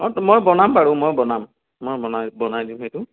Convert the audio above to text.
অঁ তো মই বনাম বাৰু মই বনাম মই বনায় বনায় দিম সেইটো